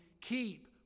keep